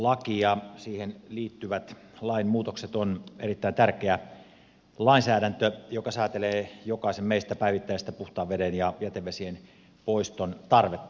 vesihuoltolaki ja siihen liittyvät lainmuutokset on erittäin tärkeä lainsäädäntö joka säätelee jokaisen meistä päivittäistä puhtaan veden ja jätevesien poiston tarvetta